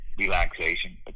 Relaxation